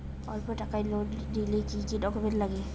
অল্প টাকার লোন নিলে কি কি ডকুমেন্ট লাগে?